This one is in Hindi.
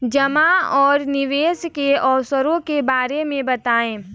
जमा और निवेश के अवसरों के बारे में बताएँ?